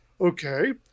okay